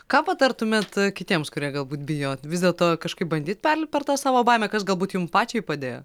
ką patartumėt kitiems kurie galbūt bijo vis dėlto kažkaip bandyt perlipt per tą savo baimę kas galbūt jum pačiai padėjo